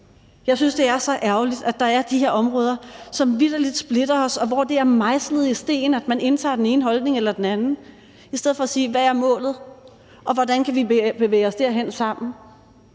Jeg synes, det er så ærgerligt, at der er de her områder, som vitterlig splitter os, og hvor det er mejslet i sten, at man indtager den ene holdning eller den anden i stedet for at sige: Hvad er målet, og hvordan kan vi bevæge os derhen sammen?